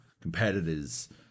competitors